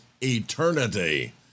eternity